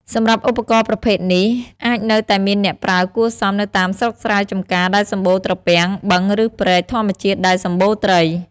សម្រាប់ឧបករណ៍ប្រភេទនេះ អាចនៅតែមានអ្នកប្រើគួរសម នៅតាមស្រុកស្រែចម្ការ ដែលសម្បូរត្រពាំង បឹងឬព្រែកធម្មជាតិដែលសម្បូរត្រី។